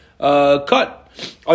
cut